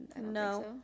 No